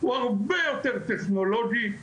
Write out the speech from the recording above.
הוא הרבה יותר טכנולוגי.